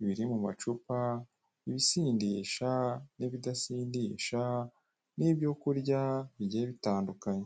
ibiri mumacupa ibisindisha n'ibidasindisha n'ibyokurya bigiye bitandukanye.